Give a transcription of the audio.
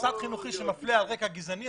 מוסד חינוכי שמפלה על רקע גזעני,